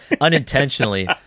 unintentionally